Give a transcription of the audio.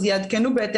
יעדכנו בהתאם.